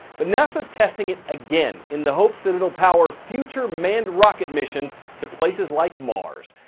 but nasa is testing it again, in the hopes that it will power future manned rocket missions to places like mars.